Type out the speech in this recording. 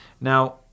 Now